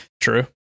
True